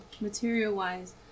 material-wise